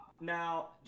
Now